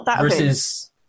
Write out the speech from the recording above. versus